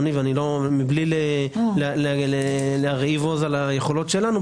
מבלי להרהיב עוז על היכולות שלנו,